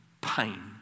pain